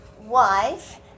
wife